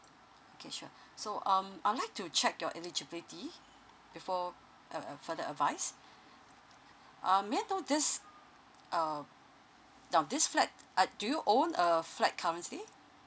okay sure so um I would like to check your eligibility before uh uh further advice um may I know this uh now this flat uh do you own a flat currently